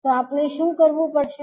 તો આપણે શું કરવાનું પડશે